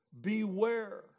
beware